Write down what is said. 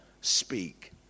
speak